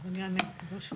אז אני אענה ברשותך,